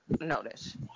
notice